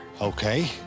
Okay